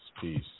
Peace